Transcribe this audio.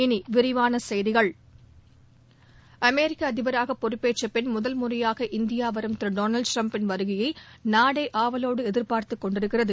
இனி விரிவான செய்திகள் அமெிக்க அதிபராக பொறுப்பேற்ற பின் முதல் முறையாக இந்தியா வருகை தரும் திரு டொனால்டு ட்ரம்பின் வருகையை நாடே ஆவலோடு எதிர்பார்த்துக் கொண்டிருக்கிறது